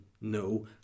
no